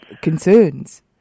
concerns